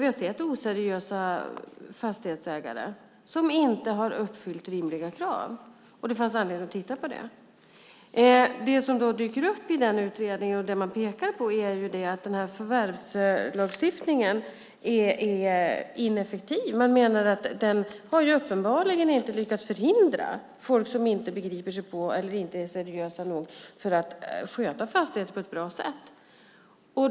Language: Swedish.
Vi har sett oseriösa fastighetsägare som inte har uppfyllt rimliga krav, så det fanns anledning att titta på det. Det som dyker upp i den utredning som gjorts och det man där pekar på är att förvärvslagstiftningen är ineffektiv. Man menar att den uppenbarligen inte har lyckats förhindra folk som inte begriper sig på, eller som inte är seriösa nog, att sköta fastigheter på ett bra sätt.